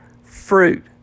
fruit